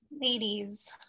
Ladies